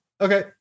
Okay